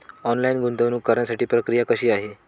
Online गुंतवणूक करण्यासाठी प्रक्रिया कशी आहे?